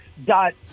dot